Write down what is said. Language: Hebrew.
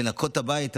לנקות את הבית,